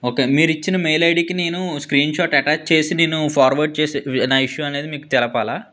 okay మీరిచ్చిన mail ఐడికి నేను స్క్రీన్షాట్ అటాచ్ చేసి నేను ఫార్వార్డ్ చేసి నా ఇష్యూ అనేది మీకు తెలపాలా